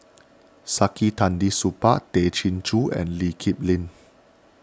Saktiandi Supaat Tay Chin Joo and Lee Kip Lin